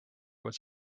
was